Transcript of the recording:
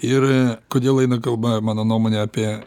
ir kodėl eina kalba mano nuomone apie